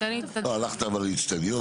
הלכת אבל על אצטדיון?